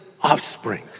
Offspring